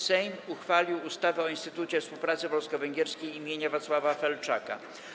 Sejm uchwalił ustawę o Instytucie Współpracy Polsko-Węgierskiej im. Wacława Felczaka.